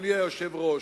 אדוני היושב-ראש,